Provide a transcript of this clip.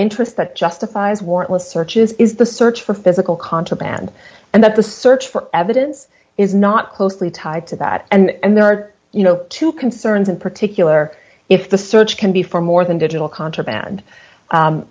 interest that justifies warrantless searches is the search for physical contraband and that the search for evidence is not closely tied to that and there are you know two concerns in particular if the search can be for more than digital contraband